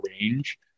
range